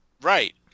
right